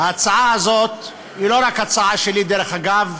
ההצעה הזאת, היא לא רק הצעה שלי, דרך אגב.